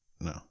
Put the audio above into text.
no